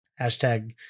Hashtag